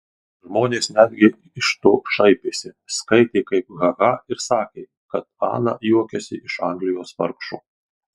žmonės netgi iš to šaipėsi skaitė kaip ha ha ir sakė kad ana juokiasi iš anglijos vargšų